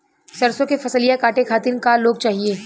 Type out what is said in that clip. सरसो के फसलिया कांटे खातिन क लोग चाहिए?